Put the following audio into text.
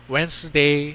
Wednesday